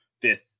fifth